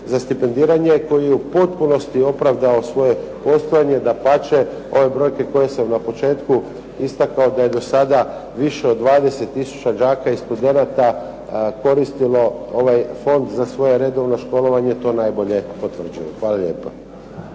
za stipendiranje i koje je u potpunosti opravdao svoje postojanje. Dapače, ove brojke koje sam na početku istakao da je do sada više od 20 tisuća đaka i studenata koristilo ovaj fond za svoje redovno školovanje, to najbolje potvrđuje. Hvala lijepa.